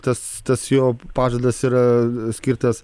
tas tas jo pažadas yra skirtas